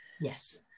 Yes